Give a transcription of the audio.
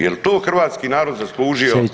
Jel to hrvatski narod zaslužio